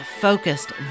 focused